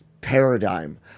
paradigm